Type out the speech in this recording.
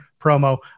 promo